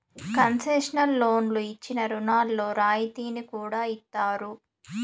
concessional లోన్లు ఇచ్చిన రుణాల్లో రాయితీని కూడా ఇత్తారు